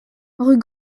rue